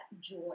joy